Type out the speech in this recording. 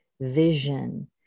vision